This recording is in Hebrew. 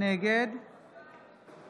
נגד